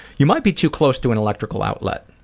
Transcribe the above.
you might be too close to an electrical outlet.